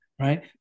right